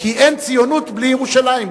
כי אין ציונות בלי ירושלים.